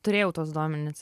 turėjau tuos duomenis